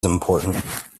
important